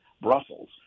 Brussels